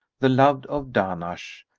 the loved of dahnash,